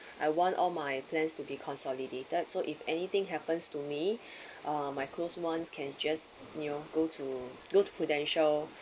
I want all my plans to be consolidated so if anything happens to me uh my close ones can just you know go to go to Prudential